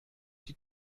die